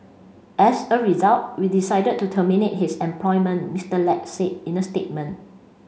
as a result we decided to terminate his employment Mister Lack said in a statement